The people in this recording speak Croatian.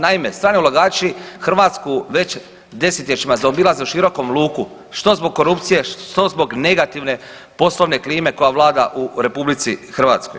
Naime, strani ulagači Hrvatsku već desetljećima zaobilaze u širokom luku, što zbog korupcije, što zbog negativne poslovne klime koja vlada u RH.